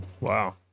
Wow